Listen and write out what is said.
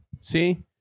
see